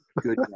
good